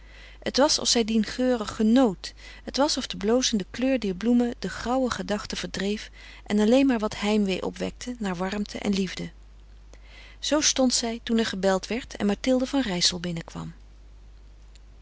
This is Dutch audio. het was of zij dien geur genoot het was of de blozende kleur dier bloemen de grauwe gedachten verdreef en alleen maar wat heimwee opwekte naar warmte en liefde zoo stond zij toen er gebeld werd en mathilde van rijssel binnenkwam